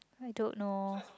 I don't know